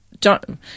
John